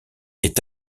est